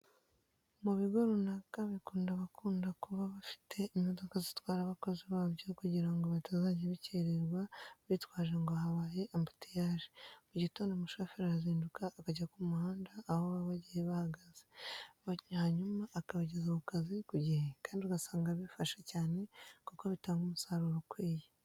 Mu bigo runaka bakunda kuba bafite imodoka zitwara abakozi babyo kugira ngo batazajya bakererwa bitwaje ngo habaye ambutiyaje. Mu gitondo umushoferi arazinduka akajya ku muhanda aho baba bagiye bahagaze, hanyuma akabageza ku kazi ku gihe kandi ugasanga birafasha cyane kuko batanga umusaruro ukwiye.